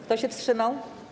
Kto się wstrzymał?